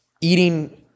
eating